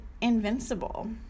invincible